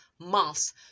months